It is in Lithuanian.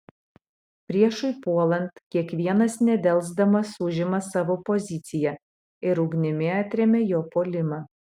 priešui puolant kiekvienas nedelsdamas užima savo poziciją ir ugnimi atremia jo puolimą